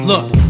Look